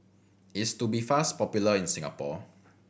is Tubifast popular in Singapore